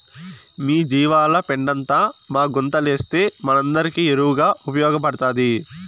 మీ జీవాల పెండంతా మా గుంతలేస్తే మనందరికీ ఎరువుగా ఉపయోగపడతాది